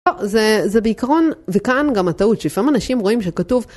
זה בעקרון, וכאן גם הטעות, שלפעמים אנשים רואים שכתוב...